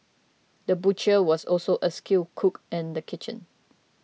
the butcher was also a skilled cook in the kitchen